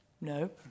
no